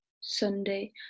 Sunday